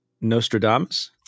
Nostradamus